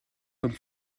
comme